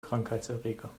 krankheitserreger